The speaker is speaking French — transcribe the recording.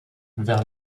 vers